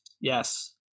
yes